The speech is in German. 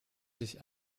sich